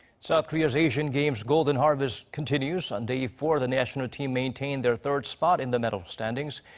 south korea's asian games golden harvest continues. on day four the national team maintain their third spot in the medal standings.